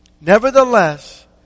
Nevertheless